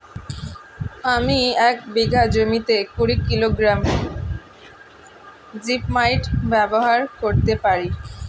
আমি এক বিঘা জমিতে কুড়ি কিলোগ্রাম জিপমাইট ব্যবহার করতে পারি?